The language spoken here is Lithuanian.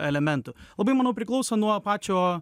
elementų labai manau priklauso nuo pačio